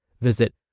Visit